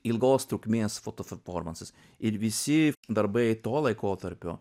ilgos trukmės foto performansas ir visi darbai tuo laikotarpiu